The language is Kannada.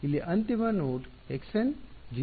ಇಲ್ಲಿ ಅಂತಿಮ ನೋಡ್ xN 0 ಆಗಿದೆ